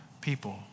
people